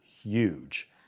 huge